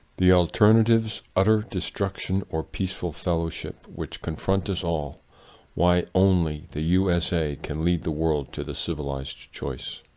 the alternatives utter destruction or peaceful fellowship which confront us all why only the usa can lead the world to the civilized choice.